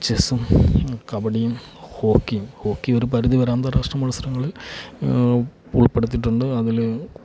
ചെസ്സും കബഡിയും ഹോക്കിയും ഹോക്കി ഒരു പരിധി വരെ അന്താരാഷ്ട്ര മത്സരങ്ങളിൽ ഉൾപ്പെടുത്തിയിട്ടുണ്ട് അതിൽ